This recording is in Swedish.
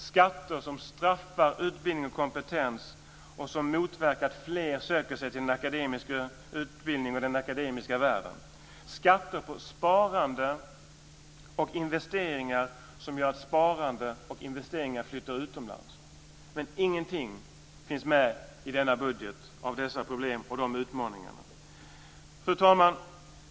Skatterna straffar utbildning och kompetens och motverkar att fler söker sig till akademisk utbildning och till den akademiska världen. Det är skatter på sparande och investeringar som gör att sparande och investeringar flyttar utomlands. Inga av dessa problem och utmaningar finns med i budgeten. Fru talman!